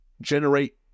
generate